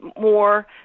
more